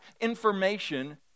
information